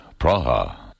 Praha